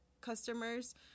customers